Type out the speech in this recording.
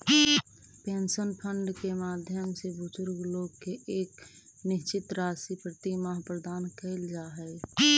pension fund के माध्यम से बुजुर्ग लोग के एक निश्चित राशि प्रतिमाह प्रदान कैल जा हई